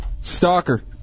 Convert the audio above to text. Stalker